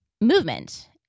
movement